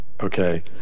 okay